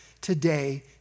today